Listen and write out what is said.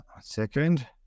second